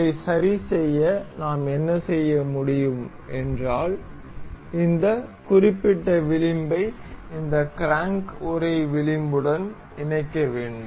இதை சரிசெய்ய நாம் என்ன செய்ய முடியும் என்றால் இந்த குறிப்பிட்ட விளிம்பை இந்த கிராங்க் உறை விளிம்புடன் இணைக்க வேண்டும்